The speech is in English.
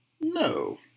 No